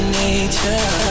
nature